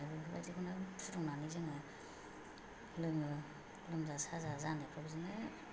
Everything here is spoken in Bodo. गोथाव मोनो बेफोरबायदिखौनो फुदुंनानै जोंङो लोंङो लोमजा साजा जानायफ्राव बिदिनो